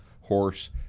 horse